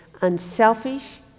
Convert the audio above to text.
unselfish